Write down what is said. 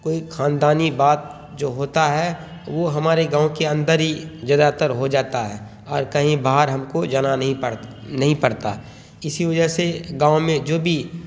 کوئی خاندانی بات جو ہوتا ہے وہ ہمارے گاؤں کے اندر ہی زیادہ تر ہو جاتا ہے اور کہیں باہر ہم کو جانا نہیں پڑ نہیں پڑتا اسی وجہ سے گاؤں میں جو بھی